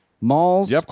Malls